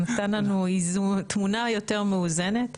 נתן לנו תמונה יותר מאוזנת.